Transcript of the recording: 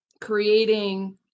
creating